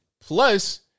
Plus